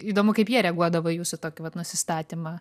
įdomu kaip jie reaguodavo į jūsų tokį vat nusistatymą